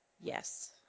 yes